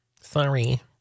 Sorry